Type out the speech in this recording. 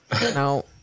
No